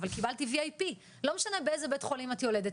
אבל קיבלתי VIP. לא משנה באיזה בית חולים את יולדת